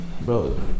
bro